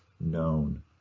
known